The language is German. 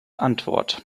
antwort